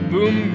Boom